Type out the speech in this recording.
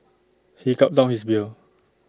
he gulped down his beer